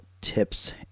tips